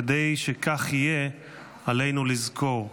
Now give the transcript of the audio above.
כדי שכך יהיה עלינו לזכור: